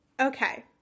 Okay